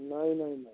नाही नाही नाही